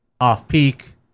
off-peak